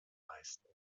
leisten